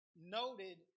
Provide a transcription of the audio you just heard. noted